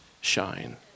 shine